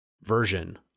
version